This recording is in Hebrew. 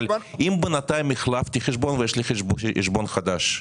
אם בינתיים החלפתי חשבון ויש לי חשבון חדש,